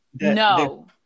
No